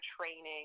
training